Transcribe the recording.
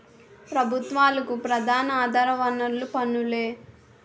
ప్రభుత్వాలకు ప్రధాన ఆధార వనరులు పన్నులే